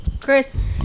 Chris